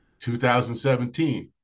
2017